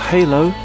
Halo